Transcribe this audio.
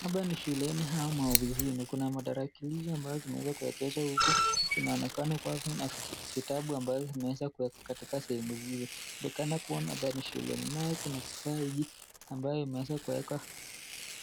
Hapa ni shuleni au ofisini. Kuna matarakilishi ambazo zimeeza kuegezwa huku, inaonekana kuwa kuna vitabu ambazo zimeweza kuwekwa sehemu hii. Inaonekana kuwa hapa ni shuleni. Naona kuna kifaa hiki ambaye kimeweza kuwekwa